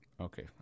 Okay